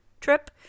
trip